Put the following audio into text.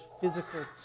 physical